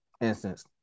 instance